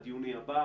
עד יוני הבא,